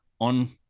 on